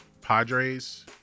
Padres